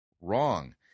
wrong